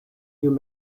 new